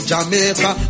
Jamaica